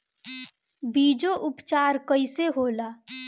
बीजो उपचार कईसे होला?